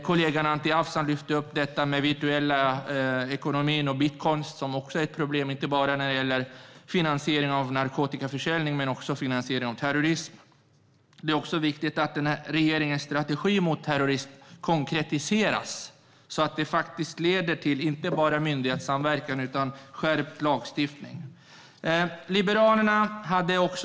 Kollegan Anti Avsan lyfte upp att den virtuella ekonomin och bitcoins är ett problem inte bara avseende finansiering av narkotikaförsäljning utan också avseende finansiering av terrorism. Det är också viktigt att regeringens strategi mot terrorism konkretiseras så att den inte bara leder till myndighetssamverkan utan till skärpt lagstiftning.